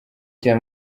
cya